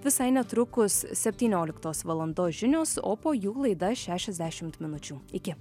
visai netrukus septynioliktos valandos žinios o po jų laida šešiasdešimt minučių iki